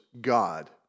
God